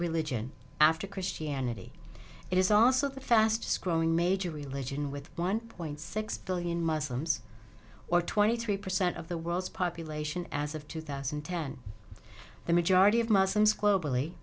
religion after christianity it is also the fastest growing major religion with one point six billion muslims or twenty three percent of the world's population as of two thousand and ten the majority of muslim